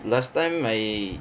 last time my